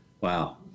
Wow